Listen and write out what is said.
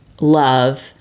love